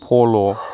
फल'